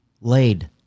laid